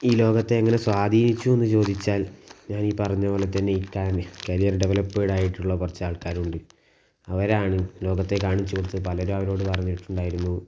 ഈ ലോകത്തെ എങ്ങനെ സ്വാധീനിച്ചു എന്ന് ചോദിച്ചാൽ ഞാൻ ഈ പറഞ്ഞത് പോലെ തന്നെ ഈ കരിയർ ഡെവലപ്പ്ഡ് ആയിട്ടുള്ള ആൾക്കാരുണ്ട് അവരാണ് ലോകത്തെ കാണിച്ചു കൊടുത്തത് പലരും അവരോട് പറഞ്ഞിട്ടുണ്ടായിരുന്നു